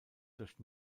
durch